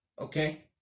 okay